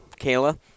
Kayla